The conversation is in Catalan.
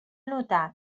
notar